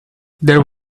there